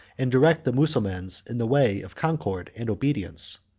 and direct the mussulmans in the way of concord and obedience.